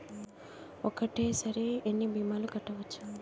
ఒక్కటేసరి ఎన్ని భీమాలు కట్టవచ్చు?